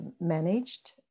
managed